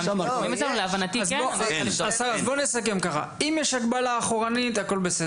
בואו נסכם ככה, אם יש הגבלה אחורנית, הכול בסדר.